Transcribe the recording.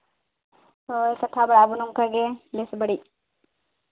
ᱦᱚᱭ ᱠᱟᱛᱷᱟ ᱫᱚ ᱟᱫᱚ ᱱᱚᱝᱠᱟᱜᱮ ᱵᱮᱥ ᱵᱟᱹᱲᱤᱡ